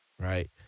right